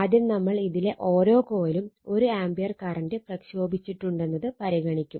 ആദ്യം നമ്മൾ ഇതിലെ ഓരോ കോയിലും 1 ആംപിയർ കറണ്ട് പ്രക്ഷോഭിച്ചിട്ടുണ്ടെന്നത് പരിഗണിക്കും